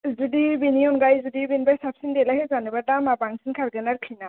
जुदि बेनि अनगायै जुदि बेनिफ्राय साबसिन देलायहोजानोब्ला दामा बांसिन खारगोन आरखि ना